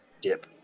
dip